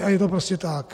A je to prostě tak.